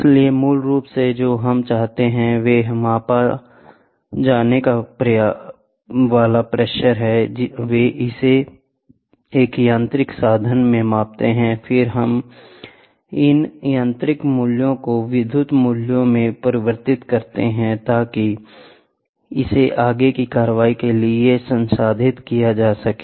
इसलिए मूल रूप से जो हम चाहते थे वह मापा जाने वाला प्रेशर है वे इसे एक यांत्रिक साधन में मापते हैं और फिर इन यांत्रिक मूल्यों को विद्युत मूल्य में परिवर्तित किया जाता है ताकि इसे आगे की कार्रवाई के लिए संसाधित किया जा सके